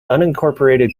unincorporated